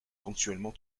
ponctuellement